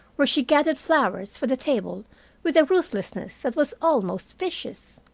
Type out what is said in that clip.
where she gathered flowers for the table with a ruthlessness that was almost vicious.